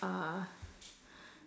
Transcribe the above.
uh